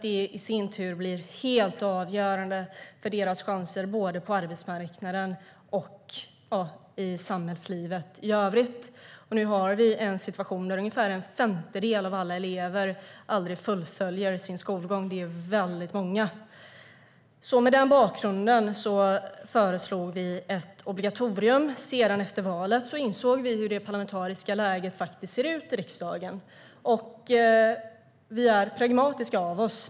Det är helt avgörande för deras chanser på arbetsmarknaden och i samhällslivet i övrigt. Nu har vi en situation där ungefär en femtedel av alla elever inte fullföljer sin skolgång. Det är väldigt många. Mot denna bakgrund föreslog vi ett obligatorium. Men efter valet insåg vi hur det parlamentariska läget såg ut i riksdagen, och vi är pragmatiska.